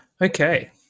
Okay